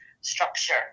structure